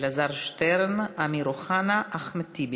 אלעזר שטרן, אמיר אוחנה, אחמד טיבי.